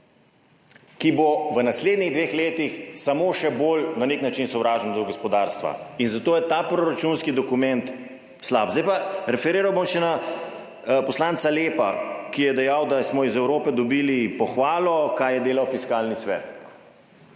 ki bo v naslednjih dveh letih samo še bolj na nek način sovražno do gospodarstva. In zato je ta proračunski dokument slab. Referiral bom še na poslanca Lepa, ki je dejal, da smo iz Evrope dobili pohvalo in kaj je delal Fiskalni svet?